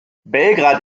belgrad